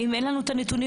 אם אין לנו את הנתונים,